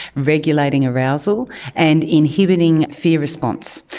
regulating arousal and inhibiting fear response.